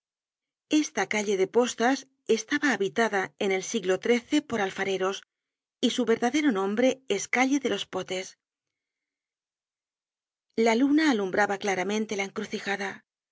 esta calle de postas estaba habitada en el siglo xiii por alfareros y su verdadero nombre es calle de los potes la luna alumbraba claramente la encrucijada